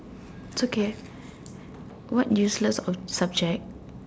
okay what useless subject